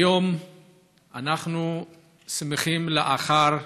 היום אנחנו שמחים, לאחר